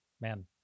man